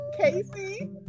Casey